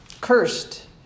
Cursed